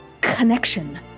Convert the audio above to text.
connection